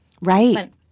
Right